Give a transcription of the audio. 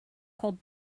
called